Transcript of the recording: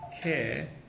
care